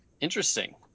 Interesting